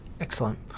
excellent